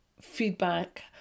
feedback